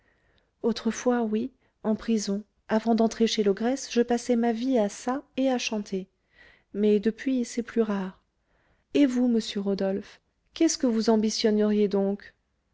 autrefois oui en prison avant d'entrer chez l'ogresse je passais ma vie à ça et à chanter mais depuis c'est plus rare et vous monsieur rodolphe qu'est-ce que vous ambitionneriez donc